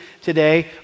today